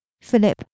Philip